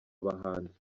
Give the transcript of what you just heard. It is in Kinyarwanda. abahanzi